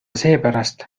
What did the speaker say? seepärast